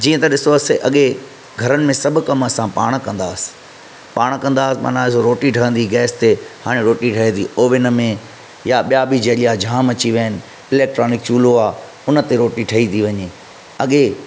जीअं त ॾिसो अॻे घरनि में सभु कम असां पाण कंदा हुआसि पाण कंदा हुआसीं माना अॼु रोटी ठहंदी हुइ गैस ते हाणे रोटी ठहे थी ओवन में या ॿिया बि ज़रिया जाम अची विया आहिनि इलेक्ट्रोनिक चूल्हो आहे उन ते रोटी ठई थी वञे अॻे